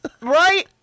Right